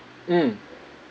mm